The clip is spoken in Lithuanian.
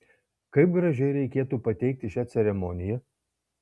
kaip gražiai reikėtų pateikti šią ceremoniją